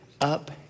up